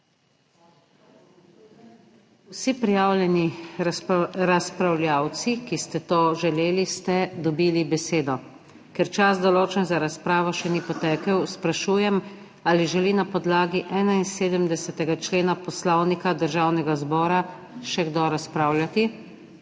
Vsi prijavljeni razpravljavci, ki ste to želeli, ste dobili besedo. Ker čas določen za razpravo še ni potekel, sprašujem ali želi na podlagi 71. člena Poslovnika Državnega zbora, še kdo razpravljati?